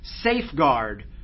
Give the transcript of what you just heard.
safeguard